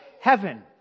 heaven